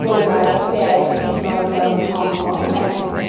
Dubai Paris London Hong Kong Mexico